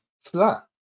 flat